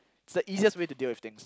it's the easiest way to deal with things